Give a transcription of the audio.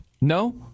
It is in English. No